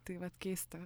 tai vat keista